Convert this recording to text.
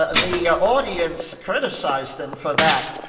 ah the ah audience criticised him for that,